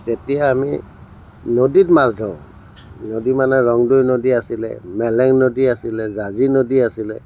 তেতিয়া আমি নদীত মাছ ধৰোঁ নদী মানে ৰংদৈ নদী আছিলে মেলেং নদী আছিলে জাঁজি নদী আছিলে